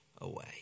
away